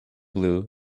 blue